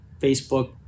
Facebook